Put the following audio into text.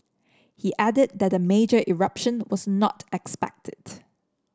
he added that a major eruption was not expected